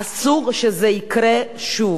אסור שזה יקרה שוב.